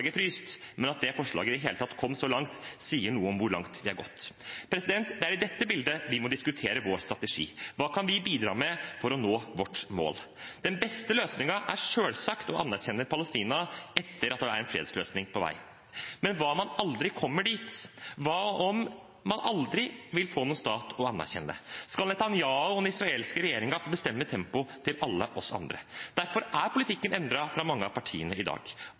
men at det forslaget i det hele tatt kom så langt, sier noe om hvor langt det har gått. Det er i dette bildet vi må diskutere vår strategi. Hva kan vi bidra med for å nå vårt mål? Den beste løsningen er selvsagt å anerkjenne Palestina etter at det er en fredsløsning på vei. Men hva om man aldri kommer dit? Hva om man aldri vil få noen stat å anerkjenne? Skal Netanyahu og den israelske regjeringen få bestemme tempoet til alle oss andre? Derfor er politikken endret fra mange av partiene i dag.